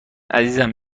عزیزم